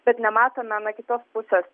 bet nematome na kitos pusės